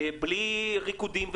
בלי ריקודים,